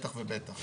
בטח ובטח,